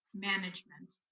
management.